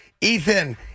Ethan